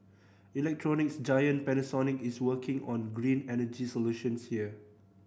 electronics giant Panasonic is working on green energy solutions here